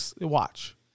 watch